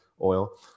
oil